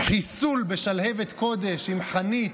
חיסול בשלהבת קודש, עם חנית.